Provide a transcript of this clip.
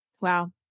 Wow